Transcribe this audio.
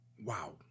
Wow